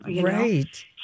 Right